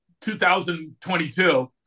2022